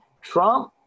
Trump